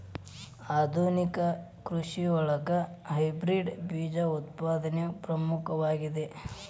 ಆಧುನಿಕ ಕೃಷಿಯೊಳಗ ಹೈಬ್ರಿಡ್ ಬೇಜ ಉತ್ಪಾದನೆ ಪ್ರಮುಖವಾಗಿದೆ